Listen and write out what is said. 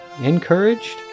encouraged